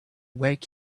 work